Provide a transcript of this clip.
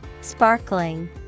Sparkling